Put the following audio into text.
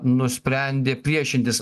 nusprendė priešintis